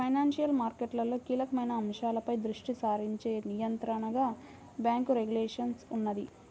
financial మార్కెట్లలో కీలకమైన అంశాలపై దృష్టి సారించే నియంత్రణగా బ్యేంకు రెగ్యులేషన్ ఉన్నది